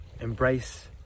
embrace